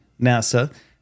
NASA